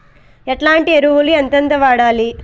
ఎట్లాంటి ఎరువులు ఎంతెంత వాడాలి?